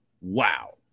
wow